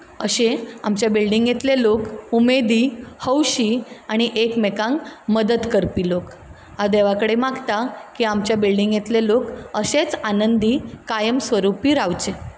अशे आमच्या बिल्डिंगेंतले लोक उमेदी हौशी आनी एकमेकांक मदत करपी लोक हांव देवा कडेन मागता की आमचे बिल्डिंगेंतले लोक अशेंच आनंदी कायमस्वरुपी रावचे